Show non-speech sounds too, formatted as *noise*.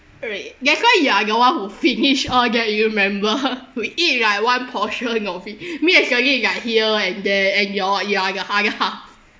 right that's why you are the one who finish all that do you remember *laughs* we eat like one portion of it *breath* me actually like here and there and your you are the other half